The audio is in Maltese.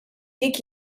dik